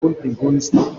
continguts